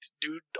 dude